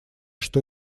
что